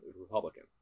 Republican